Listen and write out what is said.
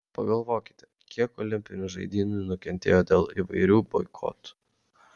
pagalvokite kiek olimpinių žaidynių nukentėjo dėl įvairių boikotų